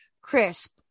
crisp